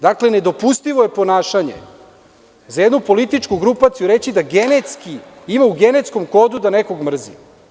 Dakle, nedopustivo je ponašanje za jednu političku grupaciju reći da genetski ima u genetskom kodu da nekog mrzi.